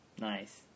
Nice